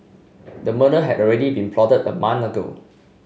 the murder had already been plotted a month ago